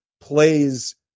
plays